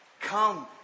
Come